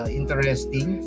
interesting